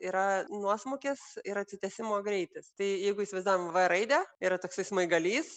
yra nuosmūkis ir atsitiesimo greitis tai jeigu įsivaizduojam v raidę yra toksai smaigalys